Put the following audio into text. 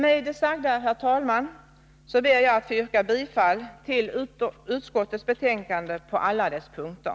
Med det sagda, herr talman, ber jag att få yrka bifall till utskottets hemställan på alla punkter.